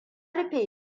rufe